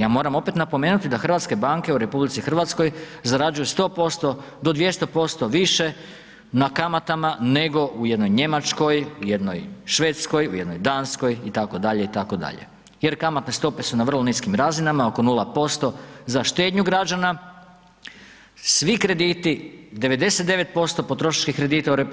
Ja moram opet napomenuti da hrvatske banke u RH zarađuju 100% do 200% više na kamatama nego u jednoj Njemačkoj, u jednoj Švedskoj, u jednoj Danskoj itd., itd. jer kamatne stope su na vrlo niskim razinama, oko 0% za štednju građana, svi krediti, 99% potrošačkih kredita u RH